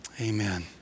Amen